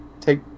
take